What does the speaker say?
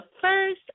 first